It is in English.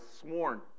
sworn